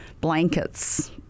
blankets